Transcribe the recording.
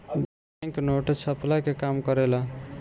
bank note छ्पला के काम करेला